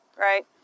right